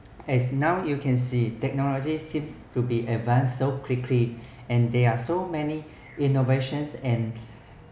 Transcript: as now you can see technology seems to be advanced so quickly and they are so many innovations and